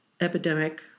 epidemic